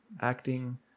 acting